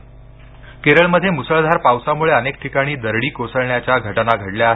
केरळ पाऊस केरळमध्ये मुसळधार पावसामुळे अनेक ठिकाणी दरडी कोसळण्याच्या घटना घडल्या आहेत